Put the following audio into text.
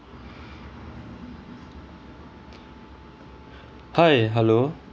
hi hello